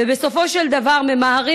ובסופו ממהרים,